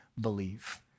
believe